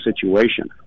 situation